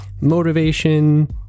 motivation